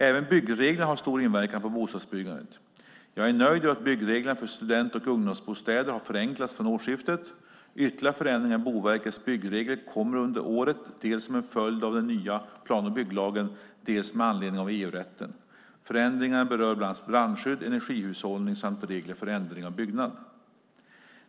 Även byggreglerna har stor inverkan på bostadsbyggandet. Jag är nöjd över att byggreglerna för student och ungdomsbostäder har förenklats från årsskiftet. Ytterligare förändringar i Boverkets byggregler kommer under året dels som en följd av den nya plan och bygglagen, dels med anledning av EU-rätten. Förändringarna berör bland annat brandskydd, energihushållning samt regler för ändring av byggnad.